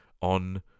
on